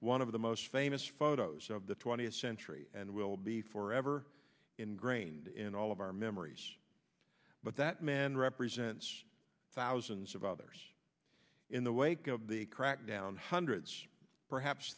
one of the most famous photos of the twentieth century and will be forever ingrained in all of our memories but that man represents thousands of others in the wake of the crackdown hundreds perhaps